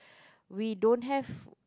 we don't have